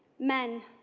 men,